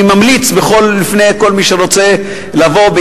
אני ממליץ בפני כל מי שרוצה לבוא,